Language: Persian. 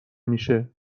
میشه